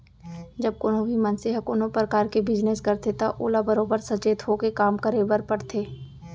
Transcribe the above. जब कोनों भी मनसे ह कोनों परकार के बिजनेस करथे त ओला बरोबर सचेत होके काम करे बर परथे